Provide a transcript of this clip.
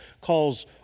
calls